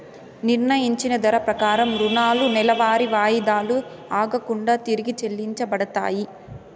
నిర్ణయించిన ధర ప్రకారం రుణాలు నెలవారీ వాయిదాలు ఆగకుండా తిరిగి చెల్లించబడతాయి